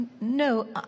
No